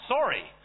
Sorry